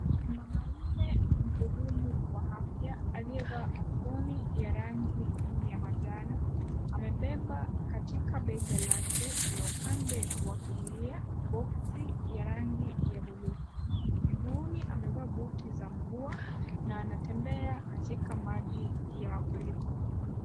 Mwanaume mhudumu wa afya aliyevaa aproni ya rangi ya manjano amebeba katika bega lake, upande wa kulia boxi ya rangi ya bluu. Muguuni amevaa buti za mvua na anatembea katika maji ya mafuriko.